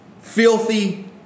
filthy